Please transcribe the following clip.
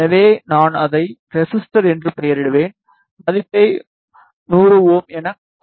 எனவே நான் அதை ரெசிஸ்டர் என்று பெயரிடுவேன் மதிப்பை 100 Ω எனக் கொடுப்பேன்